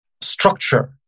structure